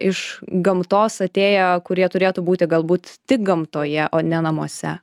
iš gamtos atėję kurie turėtų būti galbūt tik gamtoje o ne namuose